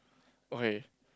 okay